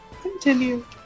Continue